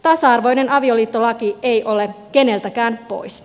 tasa arvoinen avioliittolaki ei ole keneltäkään pois